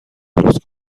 درست